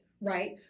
right